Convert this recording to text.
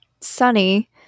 Sunny